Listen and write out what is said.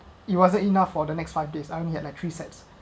it wasn't enough for the next five days I only get like three sets